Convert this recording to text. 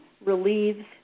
relieves